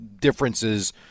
differences